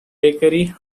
bakery